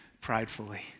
pridefully